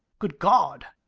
good god!